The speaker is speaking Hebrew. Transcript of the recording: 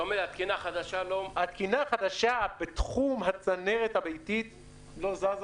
התקינה החדשה בתחום הצנרת הביתית לא זזה,